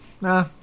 Nah